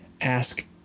ask